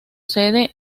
sede